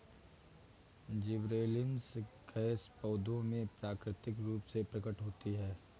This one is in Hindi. जिबरेलिन्स गैस पौधों में प्राकृतिक रूप से प्रकट होती है